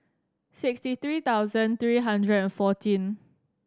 sixty three thousand three hundred and fourteen